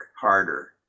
harder